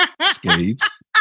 skates